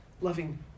loving